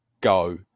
go